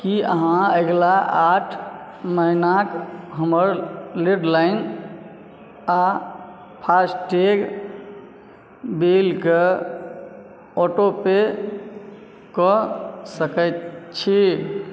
की अहाँ अगिला आठ महिनाके हमर लैण्डलाइन आओर फास्टैग बिलके ऑटोपे कऽ सकै छी